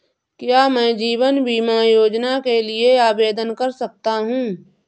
क्या मैं जीवन बीमा योजना के लिए आवेदन कर सकता हूँ?